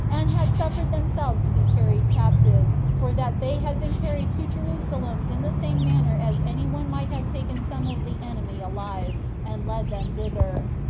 and had suffered themselves to be carried captive, for that they had been carried to jerusalem in the same manner as any one might have taken some of the enemy alive, and led them thither.